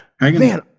man